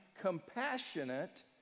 compassionate